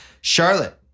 Charlotte